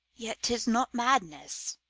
yet t is not madness.